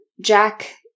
Jack